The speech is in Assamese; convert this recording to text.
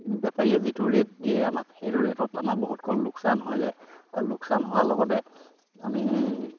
বেপাৰীয়ে যিটো ৰেট দিয়ে আমাক সেইটো ৰেটত আমাক বহুত কন লোকচান হৈ যায় আৰু লোকচান হোৱাৰ লগতে আমি